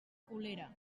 colera